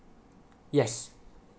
yes